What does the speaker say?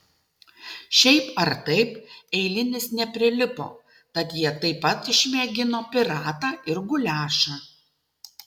šiaip ar taip eilinis neprilipo tad jie taip pat išmėgino piratą ir guliašą